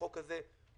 בחוק הזה,